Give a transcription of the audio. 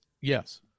Yes